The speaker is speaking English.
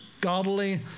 godly